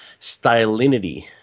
Stylinity